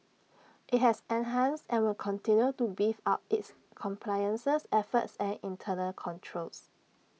IT has enhanced and will continue to beef up its compliances efforts and internal controls